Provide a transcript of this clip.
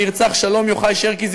שבו נרצח שלום יוחאי שרקי,